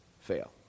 fail